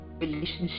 relationship